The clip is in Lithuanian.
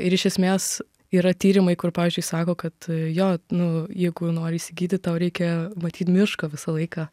ir iš esmės yra tyrimai kur pavyzdžiui sako kad jo nu jeigu nori išsigydyt tau reikia matyt mišką visą laiką